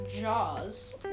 Jaws